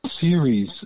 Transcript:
series